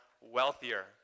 wealthier